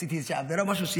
עשיתי איזו עבירה או משהו?